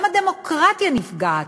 גם הדמוקרטיה נפגעת.